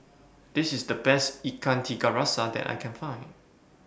This IS The Best Ikan Tiga Rasa that I Can Find